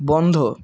বন্ধ